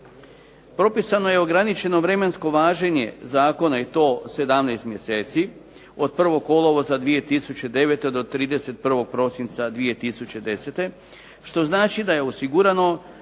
Propisano je ograničeno vremensko važenje zakona i to 17 mjeseci, od 01. kolovoza 2009. do 31. prosinca 2010. Što znači da je osigurano